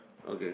okay